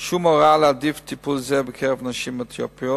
שום הוראה להעדיף טיפול זה בקרב נשים אתיופיות,